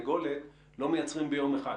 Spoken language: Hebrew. תרנגולת לא מייצרים ביום אחד,